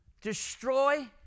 destroy